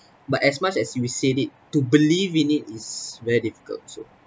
but as much as we said it to believe in it is very difficult also